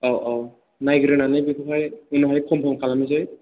औ औ नायग्रोनानै बेखौहाय उनावहाय कन्फोर्म खालामनोसै